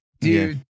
dude